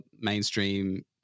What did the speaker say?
mainstream